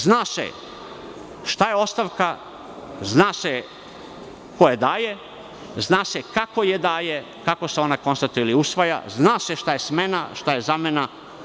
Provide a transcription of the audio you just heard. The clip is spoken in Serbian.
Zna se šta je ostavka, zna se koje daje, zna se kako je daje, zna se kako se ona konstatuje ili usvaja, zna se šta je smena šta je zamena.